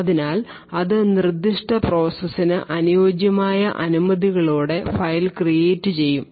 അതിനാൽ അത് നിർദ്ദിഷ്ട പ്രോസസ്സിനു അനുയോജ്യമായ അനുമതികളോടെ ഫയൽ ക്രീയേറ്റ് ചെയ്യും